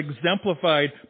exemplified